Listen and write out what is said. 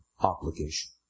obligation